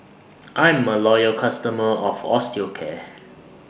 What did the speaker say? I'm A Loyal customer of Osteocare